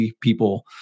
people